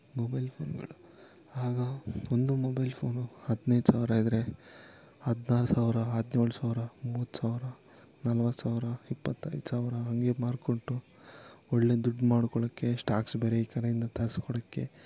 mobile ಫೋನ್ಗಳು ಆಗ ಒಂದು ಮೊಬೈಲ್ ಫೋನು ಹದಿನೈದು ಸಾವಿರ ಇದ್ದರೆ ಹದಿನಾರು ಸಾವಿರ ಹದಿನೇಳು ಸಾವಿರ ಮೂವತ್ತು ಸಾವಿರ ನಲ್ವತ್ತು ಸಾವಿರ ಇಪ್ಪತ್ತೈದು ಸಾವಿರ ಹಾಗೆ ಮಾರಿಕೊಟ್ಟು ಒಳ್ಳೆ ದುಡ್ಡು ಮಾಡ್ಕೊಳ್ಳೋಕ್ಕೆ ಸ್ಟಾಕ್ಸ್ ಬೇರೆ ಈ ಕಡೆಯಿಂದ ತರ್ಸ್ಕೊಡಕ್ಕೆ